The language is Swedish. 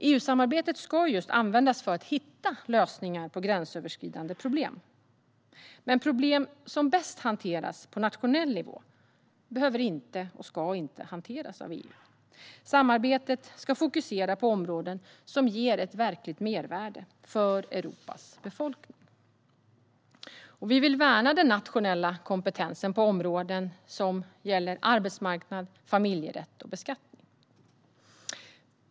EU-samarbetet ska användas just för att hitta lösningar på gränsöverskridande problem. Men problem som bäst hanteras på nationell nivå behöver inte och ska inte hanteras av EU. Samarbetet ska fokusera på områden som ger ett verkligt mervärde för Europas befolkning. Vi vill värna den nationella kompetensen på områden som arbetsmarknad, familjerätt och beskattning.